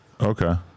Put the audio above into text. Okay